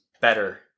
better